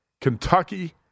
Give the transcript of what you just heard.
Kentucky